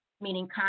meaning